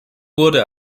wurde